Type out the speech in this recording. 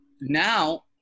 now